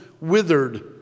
withered